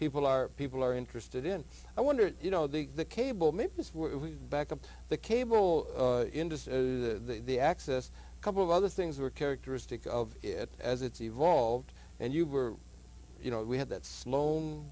people are people are interested in i wondered you know the cable me back to the cable industry to the access a couple of other things were characteristic of it as it's evolved and you were you know we had that slo